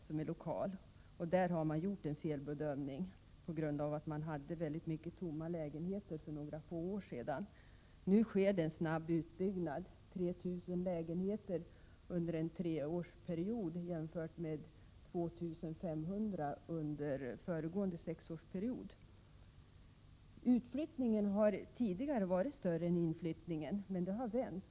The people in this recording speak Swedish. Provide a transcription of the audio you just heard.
En felbedömning har gjorts på grund av att det för inte så många år sedan fanns mängder av tomma lägenheter. Nu sker en mycket snabb utbyggnad, 3 000 lägenheter under en treårsperiod jämfört med 2 500 under föregående sexårsperiod. Utflyttningen har tidigare varit större än inflyttningen, men det har vänt.